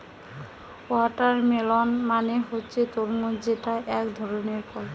watermelon মানে হচ্ছে তরমুজ যেটা একধরনের ফল